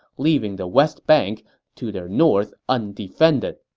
leaving the west bank to their north undefended.